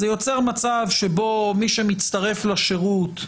זה יוצר מצב שבו מי שמצטרף לשירות,